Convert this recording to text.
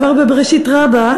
כבר בבראשית רבה,